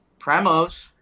Premos